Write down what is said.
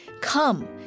come